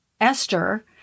Esther